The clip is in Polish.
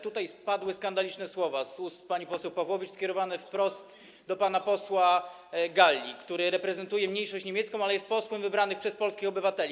Tutaj padły skandaliczne słowa z ust pani poseł Pawłowicz skierowane wprost do pana posła Galli, który reprezentuje mniejszość niemiecką, ale jest posłem wybranym przez polskich obywateli.